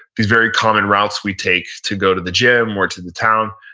these very common routes we take to go to the gym, or to the town.